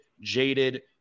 jaded